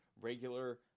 regular